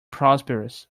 prosperous